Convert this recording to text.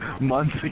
months